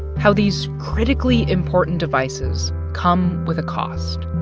how these critically important devices come with a cost.